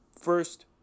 first